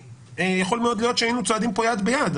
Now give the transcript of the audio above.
יכול מאוד להיות שהיינו צועדים פה יד ביד,